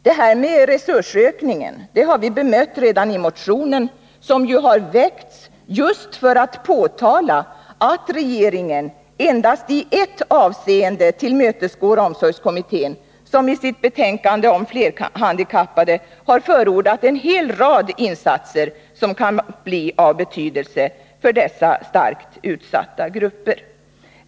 Detta med resursökning har vi bemött redan i motionen, som har väckts just för att påtala att regeringen endast i ett avseende tillmötesgår omsorgskommittén, vilken i sitt betänkande om flerhandikappade har förordat en hel rad insatser som kan bli av betydelse för dessa starkt utsatta grupper.